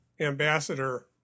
Ambassador